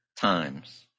times